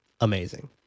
Amazing